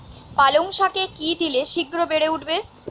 পালং শাকে কি দিলে শিঘ্র বেড়ে উঠবে?